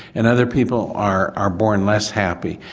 and other people are are born less happy.